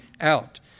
out